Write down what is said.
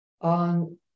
on